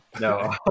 no